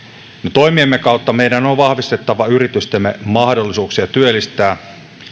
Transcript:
toimiemme kautta meidän on vahvistettava yritystemme mahdollisuuksia työllistää